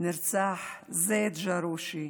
נרצח זייד ג'רושי,